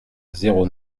zéro